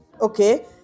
Okay